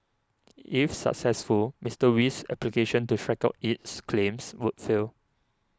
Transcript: if successful Mister Wee's application to strike out its claims would fail